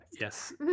Yes